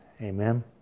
Amen